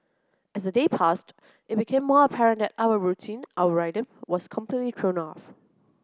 as the days passed it became more apparent that our routine our rhythm was completely thrown off